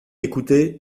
écouté